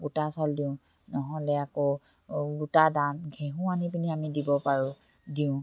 গোটা চাউল দিওঁ নহ'লে আকৌ গোটা ঘেঁহু আনি পিনি আমি দিব পাৰোঁ দিওঁ